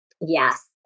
Yes